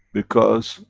because,